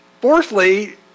Fourthly